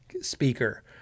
speaker